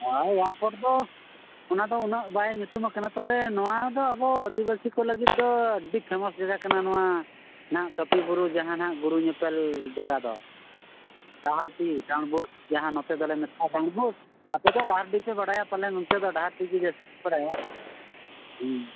ᱦᱳᱭ airport ᱫᱚ ᱚᱱᱟᱫᱚ ᱩᱱᱟᱹᱜ ᱵᱟᱭ ᱧᱩᱛᱩᱢ ᱠᱟᱱᱟ ᱛᱚᱵᱮ ᱱᱚᱣᱟᱫᱚ ᱟᱵᱚ ᱟᱹᱫᱤᱵᱟᱹᱥᱤ ᱠᱚ ᱞᱟᱹᱜᱤᱫ ᱫᱚ ᱟᱹᱰᱤ ᱯᱷᱮᱢᱟᱥ ᱡᱟᱭᱜᱟ ᱠᱟᱱᱟ ᱱᱚᱣᱟ ᱱᱟᱜ ᱠᱟᱹᱯᱤ ᱵᱩᱨᱩ ᱡᱟᱦᱟᱸ ᱱᱟᱜ ᱜᱩᱨᱩ ᱧᱮᱯᱮᱞ ᱡᱟᱭᱜᱟ ᱫᱚ ᱰᱟᱦᱟᱨᱰᱤ ᱰᱟᱱᱰᱵᱚᱥ ᱡᱟᱦᱟᱸ ᱫᱚ ᱱᱚᱛᱮ ᱫᱚᱞᱮ ᱢᱮᱛᱟᱜᱼᱟ ᱰᱟᱱᱰᱵᱚᱥ ᱟᱯᱮ ᱫᱚ ᱰᱟᱦᱟᱨ ᱰᱤ ᱯᱮ ᱵᱟᱲᱟᱭᱟ ᱯᱟᱞᱮᱱ ᱚᱱᱛᱮ ᱫᱚ ᱰᱟᱦᱟᱨ ᱰᱤ ᱜᱮ ᱡᱟᱹᱥᱛᱤ ᱯᱮ ᱵᱟᱲᱟᱭᱟ ᱦᱮᱸ